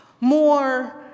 more